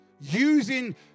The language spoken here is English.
using